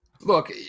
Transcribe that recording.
Look